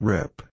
Rip